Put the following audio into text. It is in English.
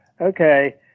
okay